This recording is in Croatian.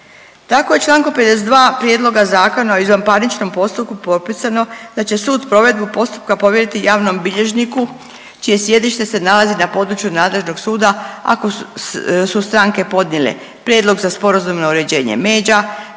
Tako je u Članku 52. Prijedloga Zakona o izvanparničnom postupku propisano da će sud provedbu postupka povjeriti javnom bilježniku čije sjedište se nalazi na području nadležnog suda, ako su stranke podnijele prijedlog za sporazumno uređenje međa,